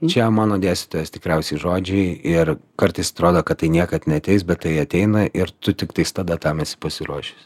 čia mano dėstytojos tikriausiai žodžiai ir kartais atrodo kad tai niekad neateis bet tai ateina ir tu tiktais tada tam esi pasiruošęs